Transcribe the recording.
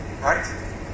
Right